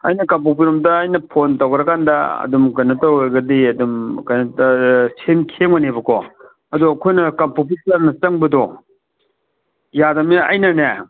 ꯑꯩꯅ ꯀꯥꯡꯄꯣꯛꯄꯤ ꯔꯣꯝꯗ ꯑꯩꯅ ꯐꯣꯟ ꯇꯧꯒ꯭ꯔꯥ ꯀꯥꯟꯗ ꯑꯗꯨꯝ ꯀꯩꯅꯣ ꯇꯧꯔꯒꯗꯤ ꯑꯗꯨꯝ ꯀꯩꯅꯣ ꯇꯧꯔ ꯁꯦꯝꯒꯅꯦꯕꯀꯣ ꯑꯗꯣ ꯑꯩꯈꯣꯏꯅ ꯀꯥꯡꯄꯣꯛꯄꯤ ꯇꯥꯟꯅ ꯆꯪꯕꯗꯣ ꯌꯥꯗꯕꯅꯤꯅ ꯑꯩꯅꯅꯦ